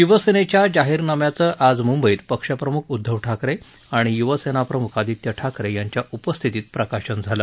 शिवसेनेच्या जाहीरनाम्याचं आज मुंबईत पक्षप्रमुख उद्धव ठाकरे आणि युवासेना प्रमुख आदित्य ठाकरे यांच्या उपस्थितीत प्रकाशन झालं